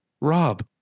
Rob